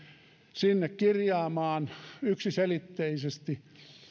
sinne kirjaamaan yksiselitteisesti ja